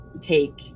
take